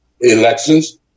elections